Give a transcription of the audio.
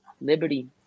Liberty